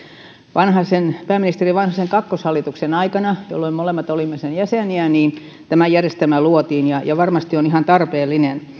pääministeri vanhasen kakkoshallituksen aikana jolloin molemmat olimme sen jäseniä tämä järjestelmä luotiin ja ja varmasti se on ihan tarpeellinen kun